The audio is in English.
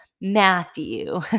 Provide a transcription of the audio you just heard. Matthew